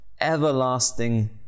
Everlasting